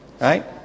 Right